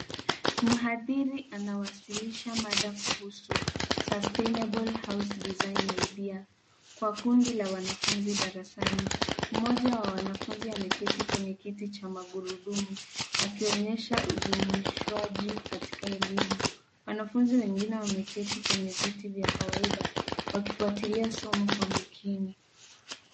Mhathiri anawasilisha mada kuhusu sustainable house design idea. Kwa kundi la wanafunzi darasani. Mmoja wa wanafunzi ameketi kwenye kiti cha magurudumu. Akionyesha ujumuishwaji katika elimu. Wanafunzi wengine wameketi kwenye viti vya kawaida, wakifuatilia somo kwa makini.